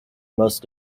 most